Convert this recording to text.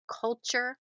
culture